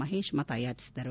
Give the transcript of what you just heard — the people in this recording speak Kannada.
ಮಹೇಶ್ ಮತಯಾಚಿಸಿದರು